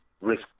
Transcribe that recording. risk